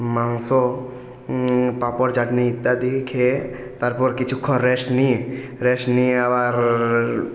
মাংস পাঁপড় চাটনি ইত্যাদি খেয়ে তারপর কিছুক্ষণ রেস্ট নিয়ে রেস্ট নিয়ে আবার